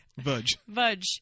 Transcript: Vudge